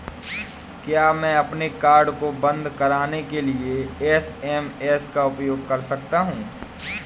क्या मैं अपने कार्ड को बंद कराने के लिए एस.एम.एस का उपयोग कर सकता हूँ?